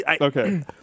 Okay